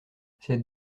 cette